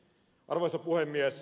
arvoisa puhemies